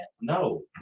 No